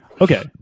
Okay